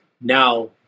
Now